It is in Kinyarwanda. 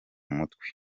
mutwe